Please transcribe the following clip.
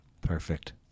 perfect